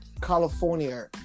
California